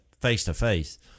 face-to-face